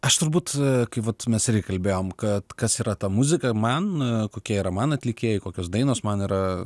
aš turbūt kai vat mes kalbėjom kad kas yra ta muzika man kokie yra man atlikėjai kokios dainos man yra